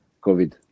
COVID